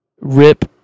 Rip